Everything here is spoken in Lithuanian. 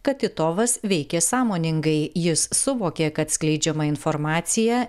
kad titovas veikė sąmoningai jis suvokė kad skleidžiama informacija